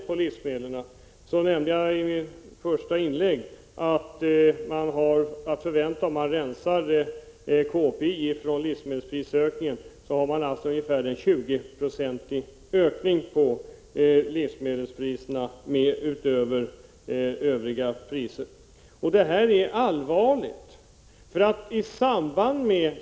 Jag nämnde i mitt första inlägg att man om man rensar KPI från livsmedelsprisökningen kommer fram till att livsmedelspriserna har ökat ungefär 20 26 mer än övriga priser. Detta är allvarligt, Kjell Nordström.